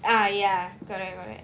ah ya correct correct